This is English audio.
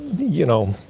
you know,